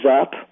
up